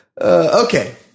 Okay